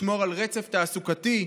לשמור על רצף תעסוקתי.